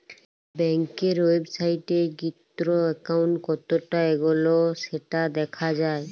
ব্যাংকের ওয়েবসাইটে গিএ একাউন্ট কতটা এগল্য সেটা দ্যাখা যায়